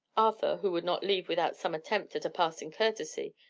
arthur, who would not leave without some attempt at a passing courtesy,